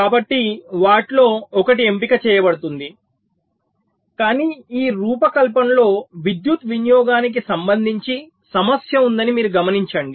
కాబట్టి వాటిలో ఒకటి ఎంపిక చేయబడుతుంది కానీ ఈ రూపకల్పనలో విద్యుత్ వినియోగానికి సంబంధించి సమస్య ఉందని మీరు గమనించండి